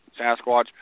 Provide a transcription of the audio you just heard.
Sasquatch